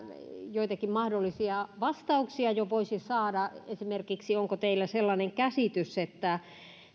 joitakin mahdollisia vastauksia voisi jo saada esimerkiksi onko teillä sellainen käsitys että